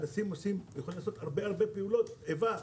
אנשים יכולים לעשות הרבה פעולות איבה,